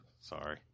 Sorry